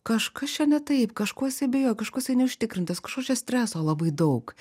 kažkas čia netaip kažkuo jisai abejoja kažko jisai neužtikrintas kažko čia streso labai daug